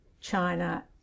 China